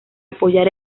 apoyar